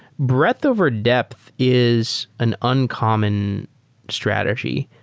breadth over depth is an uncommon strategy.